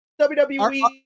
WWE